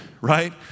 right